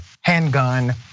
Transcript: handgun